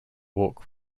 walk